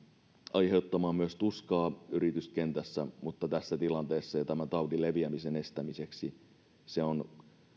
aiheuttamaan myös tuskaa yrityskentässä mutta tässä tilanteessa ja tämän taudin leviämisen estämiseksi se on